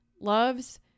loves